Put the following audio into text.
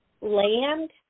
land